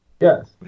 Yes